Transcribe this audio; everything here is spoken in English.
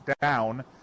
down